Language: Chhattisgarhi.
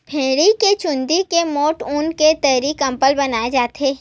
भेड़िया के चूंदी के मोठ ऊन के दरी, कंबल बनाए जाथे